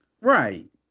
Right